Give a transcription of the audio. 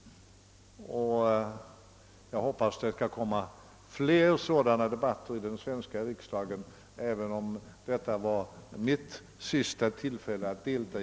Jag hoppas att det skall bli fler sådana debatter i den svenska riksdagen, även om detta var mitt sista tillfälle att delta.